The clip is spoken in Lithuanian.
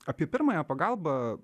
apie pirmąją pagalbą